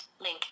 link